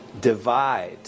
Divide